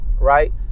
right